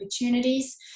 opportunities